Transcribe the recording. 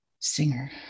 singer